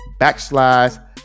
backslides